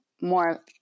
more